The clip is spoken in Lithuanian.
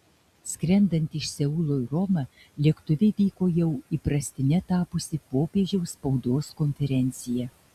skrendant iš seulo į romą lėktuve įvyko jau įprastine tapusi popiežiaus spaudos konferencija